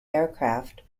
aircraft